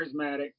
charismatic